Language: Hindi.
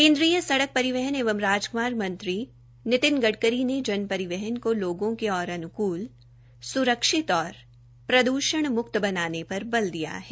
केन्द्रीय सड़क परिहवन एवं राजमार्ग मंत्री नितिन गड़करी ने जन परिवहन को लोगों के और अनुकूल सुरक्षित और प्रद्र्षण मुक्त बनाने पर बल दिया है